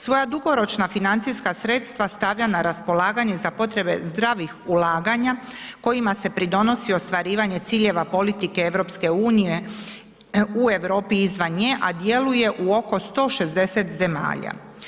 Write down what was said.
Svoja dugoročna financijska sredstva stavlja na raspolaganje za potrebe zdravih ulaganja kojima se pridonosi ostvarivanje ciljeva politike EU u Europi i izvan nje a djeluje u oko 160 zemalja.